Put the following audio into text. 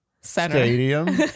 Stadium